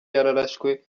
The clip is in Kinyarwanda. yararashwe